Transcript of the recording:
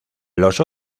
los